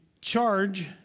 charge